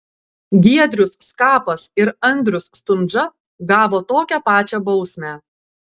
giedrius skapas ir andrius stundža gavo tokią pačią bausmę